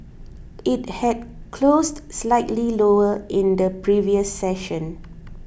it had closed slightly lower in the previous session